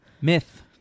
Myth